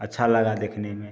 अच्छा लगा देखने में